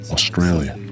Australia